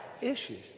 issues